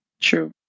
true